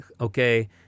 okay